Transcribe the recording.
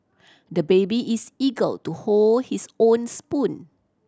the baby is eagle to hold his own spoon